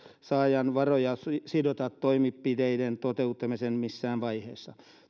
varoja sidota toimenpiteiden toteuttamiseen missään vaiheessa